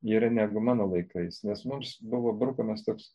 yra negu mano laikais nes mums buvo brukamas toks